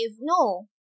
No